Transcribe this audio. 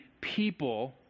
people